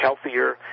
healthier